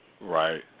Right